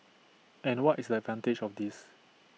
and what is the advantage of this